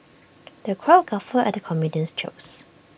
the crowd guffawed at the comedian's jokes